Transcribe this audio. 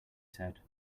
said